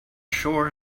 shore